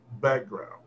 background